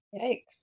Yikes